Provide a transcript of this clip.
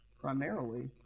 primarily